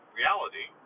reality